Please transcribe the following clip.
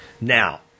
Now